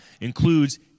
includes